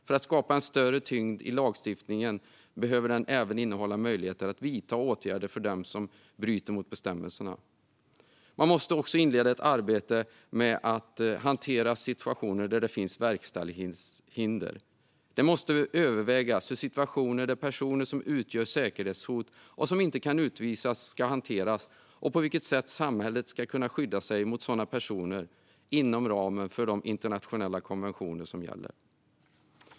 För att skapa en större tyngd i lagstiftningen behöver den även innehålla möjligheten att vidta åtgärder mot dem som bryter mot bestämmelserna. Man måste också inleda ett arbete med att hantera situationer där det finns verkställighetshinder. Det måste övervägas hur situationer där personer som utgör säkerhetshot och som inte kan utvisas ska hanteras och på vilket sätt samhället ska kunna skydda sig mot sådana personer inom ramen för de internationella konventioner som gäller.